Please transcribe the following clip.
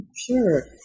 Sure